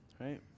right